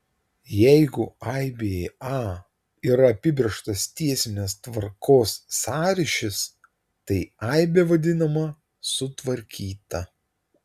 jeigu aibėje a yra apibrėžtas tiesinės tvarkos sąryšis tai aibė vadinama sutvarkyta